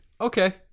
okay